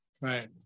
Right